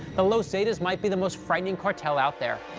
the los zetas might be the most frightening cartel out there.